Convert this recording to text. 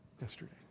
yesterday